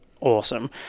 awesome